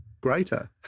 greater